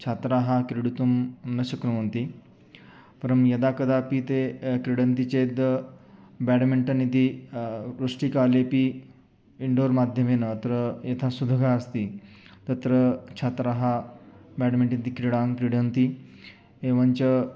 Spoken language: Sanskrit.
छात्राः क्रीडितुं न शक्नुवन्ति परं यदा कदापि ते क्रीडन्ति चेत् ब्याड्मिण्टन् इति वृष्टिकालेपि इण्डोर् माध्यमेन अत्र एतत् सुधगास्ति तत्र छात्राः ब्याडमिण्ट् इति क्रीडां क्रीडन्ति एवञ्च